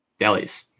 delis